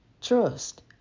Trust